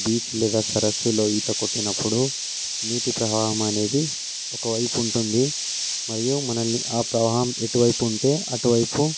beach లేదా సరస్సులో ఈత కొట్టినప్పుడు నీటి ప్రవాహం అనేది ఒకవైపు ఉంటుంది మరియు మనల్ని ఆ ప్రవాహాం ఎటు వైపు ఉంటే ఆటువైపు